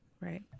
Right